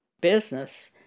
business